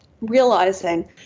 realizing